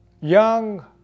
young